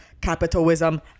Capitalism